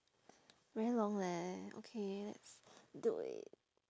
very long leh okay let's do it